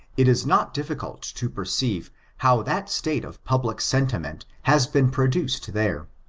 it is not difficult to perceive how that state of public sentiment has been produced there.